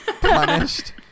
punished